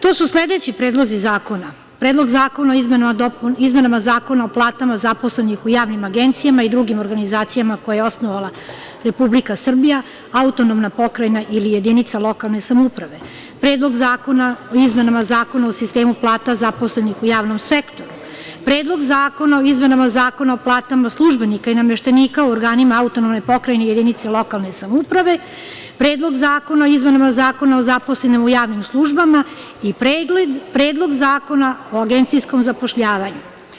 To su sledeći predlozi zakona: Predlog zakona o izmenama Zakona o platama zaposlenih u javnim agencijama i drugim organizacijama koje je osnovala Republika Srbija, autonomna pokrajina ili jedinica lokalne samouprave, Predlog zakona o izmenama Zakona o sistemu plata zaposlenih u javnom sektoru, Predlog zakona o izmenama Zakona o platama službenika i nameštenika u organima autonomne pokrajine i jedinici lokalne samouprave, Predlog zakona o izmenama Zakona o zaposlenim u javnim službama i Predlog zakona o agencijskom zapošljavanju.